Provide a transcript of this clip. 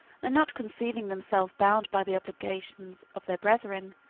and not conceiving themselves bound by the obligation of their brethren,